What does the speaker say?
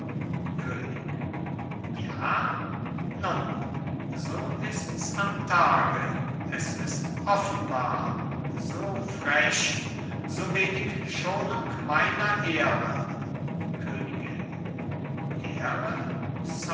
könig ja nun so ists am tage es ist offenbar so frech so wenig schonung meiner ehre königin ehre